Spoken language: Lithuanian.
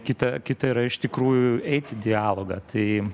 kita kita yra iš tikrųjų eit į dialogą tai